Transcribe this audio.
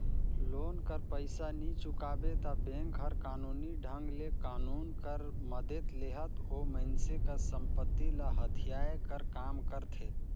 loan कर पइसा नी चुकाबे ता बेंक हर कानूनी ढंग ले कानून कर मदेत लेहत ओ मइनसे कर संपत्ति ल हथियाए कर काम करथे